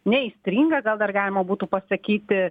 neaistringa gal dar galima būtų pasakyti